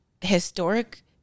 historic